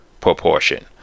proportion